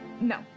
No